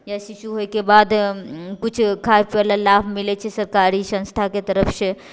या शिशु होइके बाद किछु खाइवला लाभ मिलै छै सरकारी संस्थाके तरफसँ